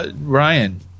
Ryan